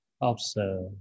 observe